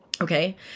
Okay